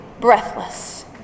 breathless